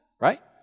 right